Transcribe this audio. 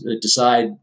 decide